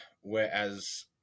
Whereas